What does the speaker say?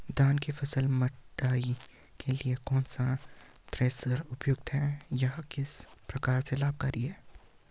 धान की फसल मड़ाई के लिए कौन सा थ्रेशर उपयुक्त है यह किस प्रकार से लाभकारी है?